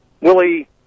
Willie